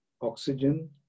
oxygen